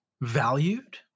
valued